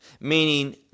meaning